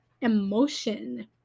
emotion